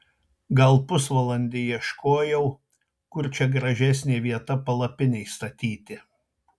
gal pusvalandį ieškojau kur čia gražesnė vieta palapinei statyti